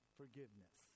forgiveness